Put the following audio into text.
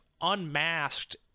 unmasked